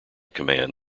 command